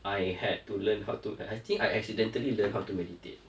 I had to learn how to I think I accidentally learned how to meditate